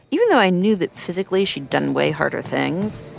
even though i knew that, physically, she'd done way harder things,